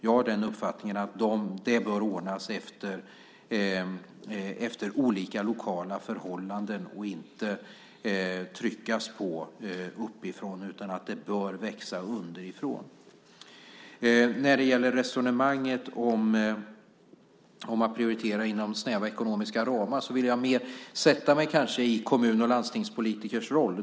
Jag har uppfattningen att det bör ordnas efter olika lokala förhållanden. Det ska inte tryckas på uppifrån, utan det bör växa underifrån. När det gäller resonemanget om att prioritera inom snäva ekonomiska ramar vill jag mer kanske sätta mig i kommun och landstingspolitikernas roll.